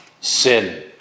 sin